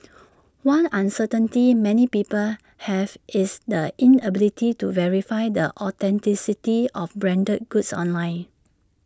one uncertainty many people have is the inability to verify the authenticity of branded goods online